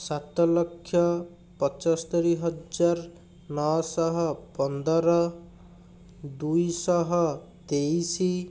ସାତଲକ୍ଷ ପଞ୍ଚସ୍ତରୀ ହଜାର ନଅଶହ ପନ୍ଦର ଦୁଇଶହ ତେଇଶି